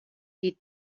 die